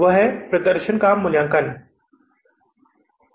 यह प्रदर्शन का मूल्यांकन है